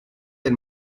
del